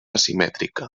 asimètrica